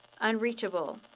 unreachable